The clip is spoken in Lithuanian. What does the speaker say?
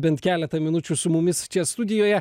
bent keletą minučių su mumis čia studijoje